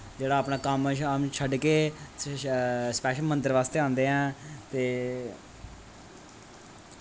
जेह्ड़ा अपना कम्म शम्म छड्ड के स्पैशल मन्दर बास्तै आंदे ऐ ते